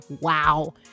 wow